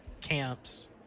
camps